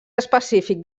específic